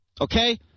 okay